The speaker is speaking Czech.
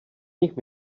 nich